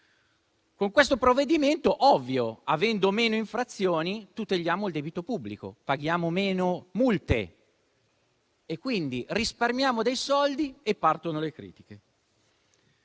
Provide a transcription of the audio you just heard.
in esame, ovviamente, avendo meno infrazioni, tuteliamo il debito pubblico, paghiamo meno multe, quindi risparmiamo soldi, ma partono le critiche.